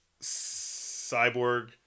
Cyborg